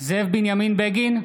זאב בנימין בגין,